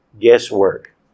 guesswork